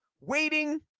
waiting